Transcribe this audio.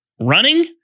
running